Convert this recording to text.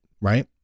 right